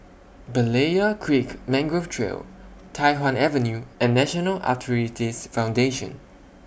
Berlayer Creek Mangrove Trail Tai Hwan Avenue and National Arthritis Foundation